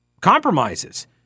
compromises